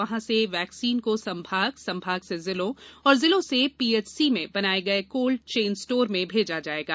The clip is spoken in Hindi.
यहां से वैक्सीन को संभाग संभाग से जिलों और जिलों से पीएचसी में बनाए गए कोल्ड चैन स्टोर में भेजा जायगा